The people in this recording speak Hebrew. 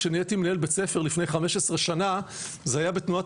כשאני הייתי מנהל בית ספר לפני 15 שנה זה היה בתנועת